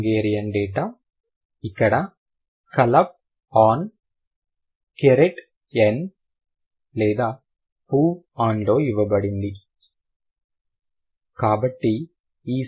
Hungarian data ఇక్కడ కలప్ ఆన్ కెరెట్ ఎన్ లేదా ఫువ్ ఆన్ లో ఇవ్వబడింది